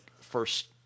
first